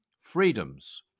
freedoms